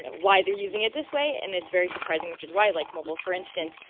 and why they're using it this way and it's very surprising. which is why, like mobile for instance,